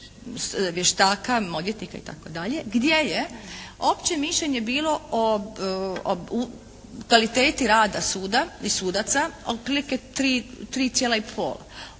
vještaka, odvjetnika itd. gdje je opće mišljenje bilo o kvaliteti rada suda i sudaca otprilike 3,